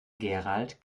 gerald